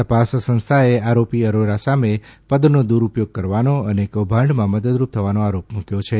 તપાસ સંસ્થાએ આરોપી આરોરા સામે પદનો દુરૂપયોગ કરવાનો અને કૌભાંડમાં મદદરૂપ થવાનો આરોપ મૂક્યો છે